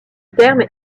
terme